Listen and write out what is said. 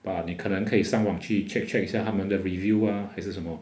but 你可能可以上网去 check check 一下它们的 review ah 还是什么